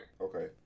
Okay